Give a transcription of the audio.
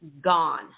gone